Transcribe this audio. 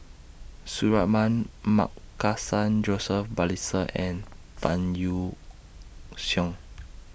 Suratman Markasan Joseph Balestier and Tan Yeok Seong